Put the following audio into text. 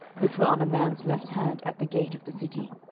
which were on a man's left hand at the gate of the city.